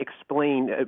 explain